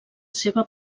seva